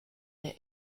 der